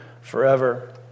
forever